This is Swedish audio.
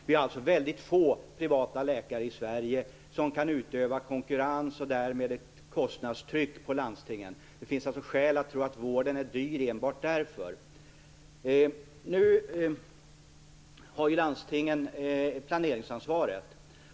Vi har få privata läkare i Sverige, som kan utöva konkurrens och därmed ett kostnadstryck mot landstingen. Det finns skäl att tro att vården är dyr enbart därför. Landstingen har planeringsansvaret.